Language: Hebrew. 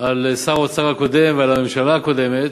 על שר האוצר הקודם ועל הממשלה הקודמת,